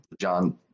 John